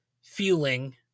feeling